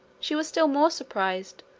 she was still more surprised,